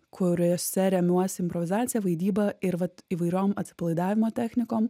kuriuose remiuosi improvizacija vaidyba ir vat įvairiom atsipalaidavimo technikom